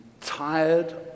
tired